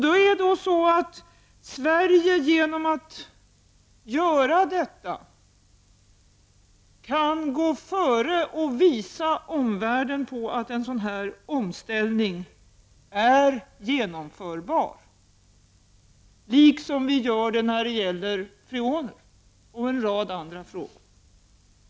Sverige kan genom sitt agerande gå före och visa omvärlden att en omställning är genomförbar, på samma sätt som vi gör det beträffande freoner och i en rad andra frågor.